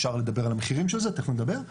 אפשר לדבר על המחירים של זה ותיכף נדבר.